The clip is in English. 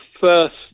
first